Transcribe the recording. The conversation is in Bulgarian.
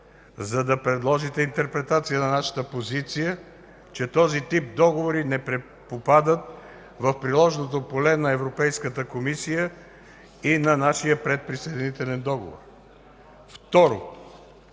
за да предложите интерпретация на нашата позиция, че този тип договори не попадат в приложното поле на Европейската комисия и на нашия предприсъединителен договор? Второ,